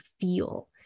feel